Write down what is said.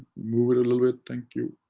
move it a little bit thank you.